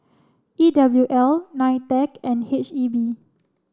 E W L NITEC and H E B